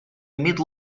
mid